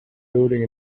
building